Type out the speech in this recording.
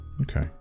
Okay